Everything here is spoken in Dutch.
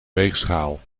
weegschaal